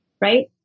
right